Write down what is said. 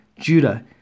Judah